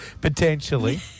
Potentially